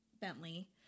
Bentley